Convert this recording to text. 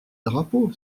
drapeau